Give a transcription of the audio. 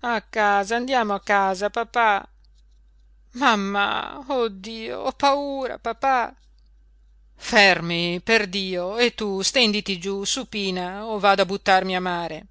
papà a casa andiamo a casa papà mammà oh dio ho paura papà fermi perdio e tu stenditi giú supina o vado a buttarmi a mare